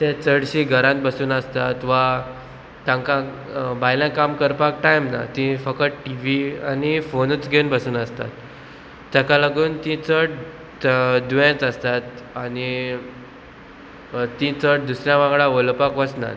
ते चडशी घरांत बसून आसतात वा तांकां बायलें काम करपाक टायम ना तीं फकत टि वी आनी फोनूच घेवन बसून आसतात ताका लागून ती चड दुयेंच आसतात आनी ती चड दुसऱ्या वांगडा उलोवपाक वचनात